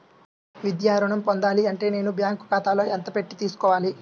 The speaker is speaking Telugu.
విద్యా ఋణం పొందాలి అంటే నేను బ్యాంకు ఖాతాలో ఎంత పెట్టి తీసుకోవాలి?